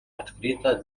открыта